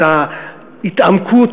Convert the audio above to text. את ההתעמקות,